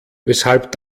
weshalb